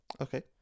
okay